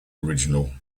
original